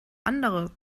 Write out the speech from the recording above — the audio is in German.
andere